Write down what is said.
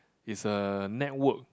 it's a network